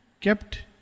kept